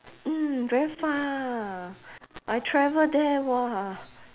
mm very far I travel there !wah!